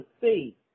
see